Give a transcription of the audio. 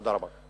תודה רבה.